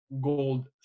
gold